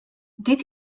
did